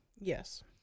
yes